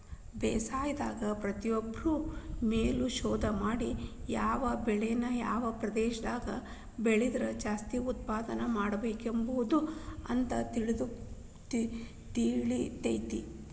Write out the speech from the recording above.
ಬೇಸಾಯದಾಗ ಪ್ರತಿಯೊಂದ್ರು ಮೇಲು ಶೋಧ ಮಾಡಿ ಯಾವ ಬೆಳಿನ ಯಾವ ಪ್ರದೇಶದಾಗ ಬೆಳದ್ರ ಜಾಸ್ತಿ ಉತ್ಪನ್ನಪಡ್ಕೋಬೋದು ಅಂತ ತಿಳಿತೇತಿ